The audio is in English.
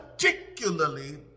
particularly